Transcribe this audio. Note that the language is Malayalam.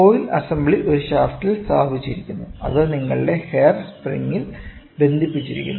കോയിൽ അസംബ്ലി ഒരു ഷാഫ്റ്റിൽ സ്ഥാപിച്ചിരിക്കുന്നു അത് നിങ്ങളുടെ ഹെയർ സ്പ്രിംഗിൽ ബന്ധിപ്പിച്ചിരിക്കുന്നു